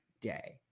day